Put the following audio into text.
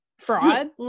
Fraud